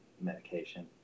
medication